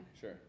Sure